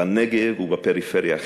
בנגב ובפריפריה החברתית,